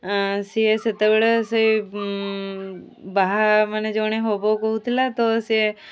ସିଏ ସେତେବେଳେ ସେ ବାହା ମାନେ ଜଣେ ହେବ କହୁଥିଲା ତ ସିଏ